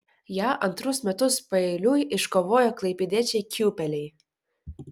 ją antrus metus paeiliui iškovojo klaipėdiečiai kiūpeliai